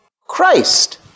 Christ